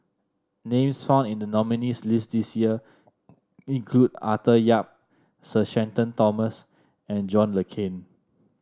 names found in the nominees' list this year include Arthur Yap Sir Shenton Thomas and John Le Cain